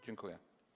Dziękuję.